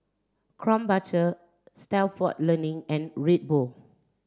Krombacher Stalford Learning and Red Bull